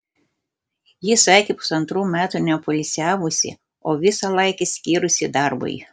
ji sakė pusantrų metų nepoilsiavusi o visą laiką skyrusi darbui